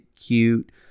cute